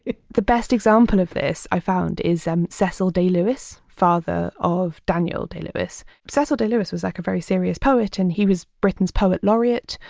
the best example of this i found is um cecil day-lewis, father of daniel day-lewis. cecil day-lewis was like a very serious poet and he was britain's poet laureate.